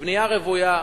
בבנייה רוויה